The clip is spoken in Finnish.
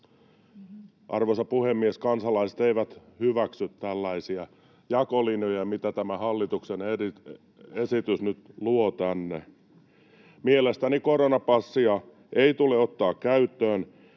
Arvoisa puhemies! Kansalaiset eivät hyväksy tällaisia jakolinjoja, mitä tämä hallituksen esitys nyt tänne luo. Mielestäni koronapassia ei tule ottaa käyttöön,